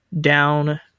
down